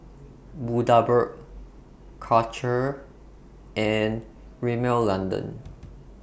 Bundaberg Karcher and Rimmel London